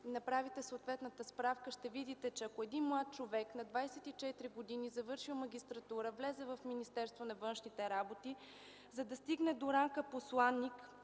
направите съответната справка, ще видите, че ако един млад човек на 24 години, завършил магистратура, влезе в Министерството на външните работи, за да стигне до ранга „посланик”